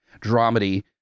dramedy